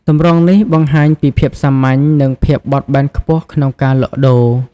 ទម្រង់នេះបង្ហាញពីភាពសាមញ្ញ និងភាពបត់បែនខ្ពស់ក្នុងការលក់ដូរ។